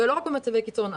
ולא רק במצבי קיצון,